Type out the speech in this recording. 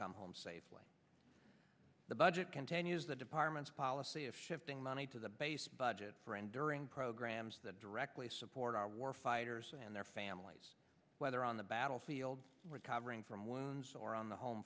come home safely the budget continues the department's policy of shifting money to the base budget for rendering programs that directly support our war fighters and their families whether on the battlefield recovering from wounds or on the home